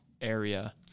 area